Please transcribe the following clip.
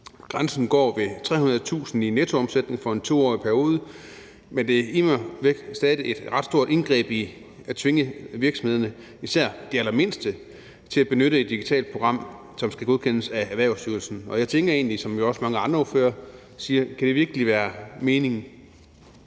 Grænsen går ved 300.000 kr. i nettoomsætning for en 2-årig periode, men det er immer væk et ret stort indgreb at tvinge virksomhederne, især de allermindste, til at benytte et digitalt program, som skal godkendes af Erhvervsstyrelsen. Jeg tænker egentlig det samme som mange andre ordførere, for kan det virkelig kan være meningen?